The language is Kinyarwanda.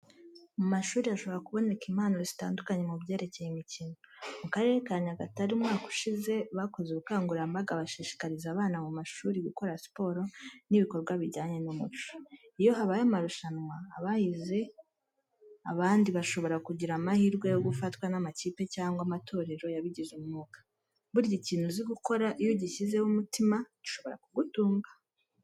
Mu mashuri hashobora kuboneka impano zitandukanye mu byerekeye imikino. Mu Karere ka Nyagatare umwaka ushize, bakoze ubukangurambaga bashishikariza abana mu mashuri gukora siporo n'ibikorwa bijyanye n'umuco. Iyo habaye amarushanwa, abahize abandi bashobora kugira amahirwe yo gufatwa n'amakipe cyangwa amatorero yabigize umwuga. Burya ikintu uzi gukora, iyo ugishyizeho umutima gishobora kugutunga.